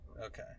Okay